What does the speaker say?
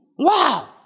Wow